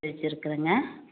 வச்சிருக்குறேங்க